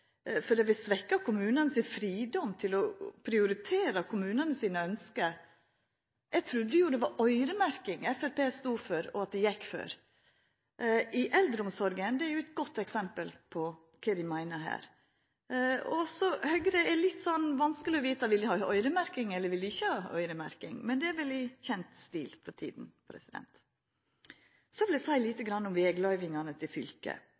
svekka kommunane sin fridom til å prioritera sine ønske. Eg trudde jo det var øyremerking Framstegspartiet stod for og gjekk inn for. Eldreomsorg er eit godt eksempel på kva dei meiner her. Det er litt vanskeleg å veta om Høgre vil ha øyremerking eller ikkje. Men det er vel i kjent stil for tida. Så vil eg seia litt om vegløyvingane til